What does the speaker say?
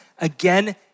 again